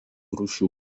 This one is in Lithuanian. rūšių